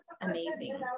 amazing